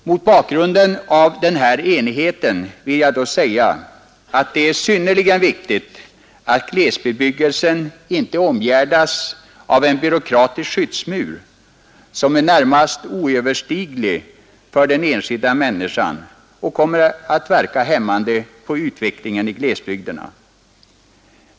Mot bakgrunden av denna enighet vill jag då säga att det är synnerligen viktigt att glesbebyggelsen inte omgärdas av en byråkratisk skyddsmur, som är närmast oöverstiglig för den enskilda människan och kommer att verka hämmande på utvecklingen i glesbygderna.